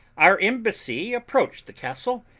our embassy approached the castle,